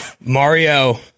Mario